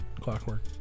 Clockwork